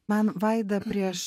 man vaida prieš